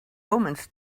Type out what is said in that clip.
omens